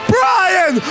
Brian